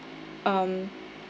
um